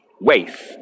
waste